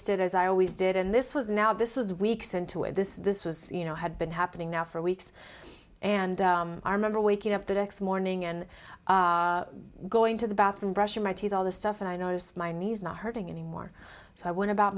stood as i always did and this was now this was weeks into it this this was you know had been happening now for weeks and i remember waking up the next morning and going to the bathroom brushing my teeth all the stuff and i noticed my knees not hurting anymore so i went about